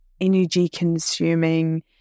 energy-consuming